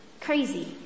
crazy